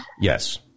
Yes